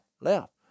left